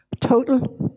Total